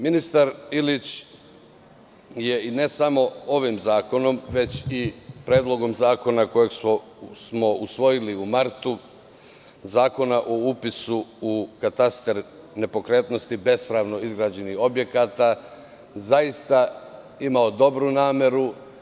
Ministar Ilić je ne samo ovim zakonom, već i predlogom zakona koji smo usvojili u martu, Zakona o upisu u katastar nepokretnosti bespravno izgrađenih objekata, zaista imao dobru nameru.